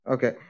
Okay